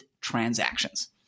transactions